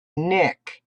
nick